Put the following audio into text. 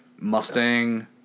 Mustang